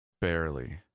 Barely